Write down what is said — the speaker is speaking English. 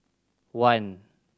one